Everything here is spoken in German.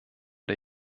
der